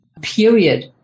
period